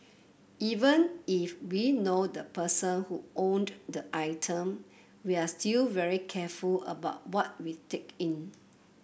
even if we know the person who owned the item we're still very careful about what we take in